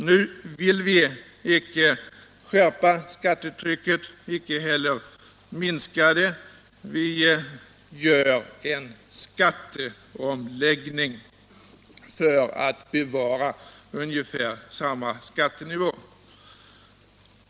Nu vill vi icke skärpa skattetrycket, icke heller minska det. Vi gör en skatteomläggning för att bevara ungefär samma skattenivå.